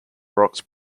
rocks